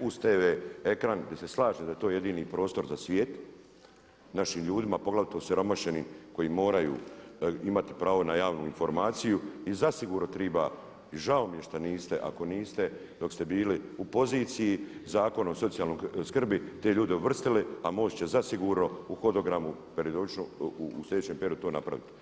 uz TV ekran jer se slažem da je to jedino prozor svijet našim ljudima poglavito osiromašenim koji moraju imati pravo na javnu informaciju i zasigurno triba i žao mi je što niste ako niste dok ste bili u poziciji Zakon o socijalnoj skrbi te ljude uvrstili, a MOST će zasigurno u hodogramu u sljedećem periodu to napraviti.